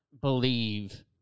believe